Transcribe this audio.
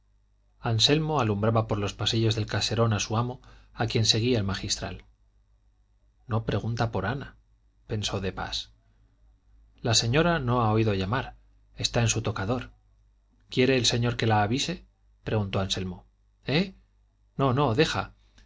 anselmo alumbraba por los pasillos del caserón a su amo a quien seguía el magistral no pregunta por ana pensó de pas la señora no ha oído llamar está en su tocador quiere el señor que la avise preguntó anselmo eh no no deja